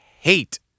hate